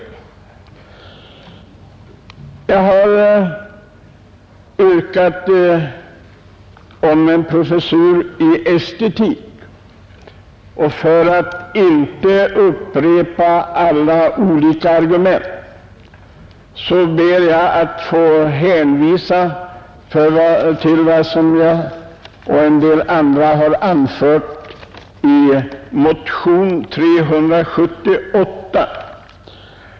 Vi har yrkat att riksdagen måtte besluta om inrättandet av en professur i estetik. För att inte behöva upprepa alla olika argument ber jag att få hänvisa till vad jag och övriga motionärer har anfört i motionen 378.